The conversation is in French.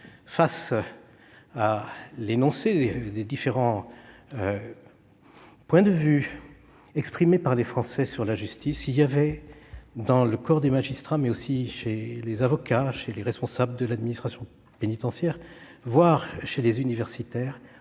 face à l'énoncé des différents points de vue exprimés par les Français sur la justice, il y avait dans le corps des magistrats, mais aussi chez les avocats, les responsables de l'administration pénitentiaire, voire les universitaires,